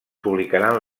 publicaran